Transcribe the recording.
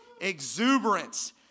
exuberance